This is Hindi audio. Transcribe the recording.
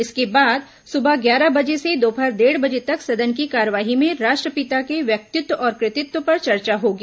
इसके बाद सुबह ग्यारह बजे से दोपहर डेढ़ बजे तक सदन की कार्यवाही में राष्ट्रपिता के व्यक्तित्व और कृतित्व पर चर्चा होगी